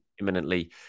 imminently